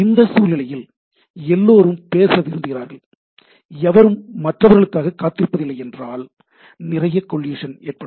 இந்த சூழ்நிலையில் எல்லோரும் பேச விரும்புகிறார்கள் எவரும் மற்றவர்களுக்காக காத்திருப்பதில்லை என்றால் நிறைய கோலிஷன் ஏற்படும்